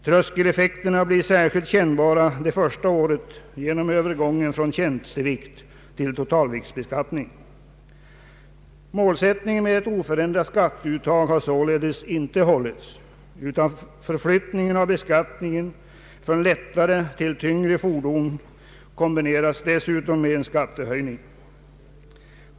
Tröskeleffekterna blir särskilt kännbara det första året genom Övergången från tjänsteviktstill totalviktsbeskattning. Målsättningen med ett oförändrat skatteuttag har således inte hållits, utan förflyttningen av beskattningen från lättare till tyngre fordon kombineras dessutom med en skattehöjning.